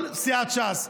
כל סיעת ש"ס,